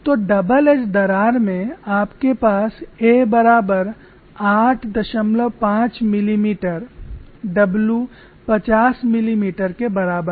तो double edge दरार में आपके पास a बराबर 85 मिलीमीटर w 50 मिलीमीटर के बराबर है